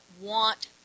want